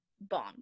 bombed